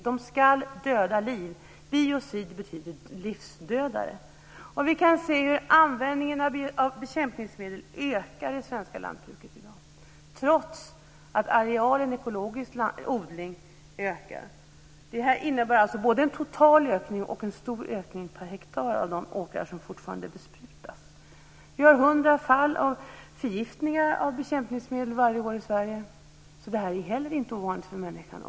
De ska döda liv. Biocid betyder livsdödare. Vi kan se hur användningen av bekämpningsmedel ökar i det svenska lantbruket i dag trots att arealen med ekologisk odling ökar. Det här innebär alltså både en total ökning och en stor ökning per hektar av de åkrar som fortfarande besprutas. Vi har 100 fall av förgiftningar på grund av bekämpningsmedel varje år i Sverige. Detta är alltså inte heller ofarligt för människan.